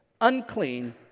unclean